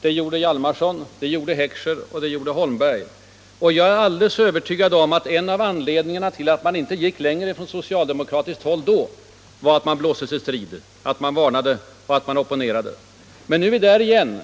det gjorde Hjalmarson, det gjorde Heckscher och det gjorde Holmberg. Jag är alldeles övertygad om att en av anledningarna till att man inte gick längre från socialdemokratiskt håll då var att vi blåste till strid, att vi varnade och opponerade. Och nu är vi där igen.